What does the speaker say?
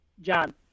john